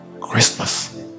Christmas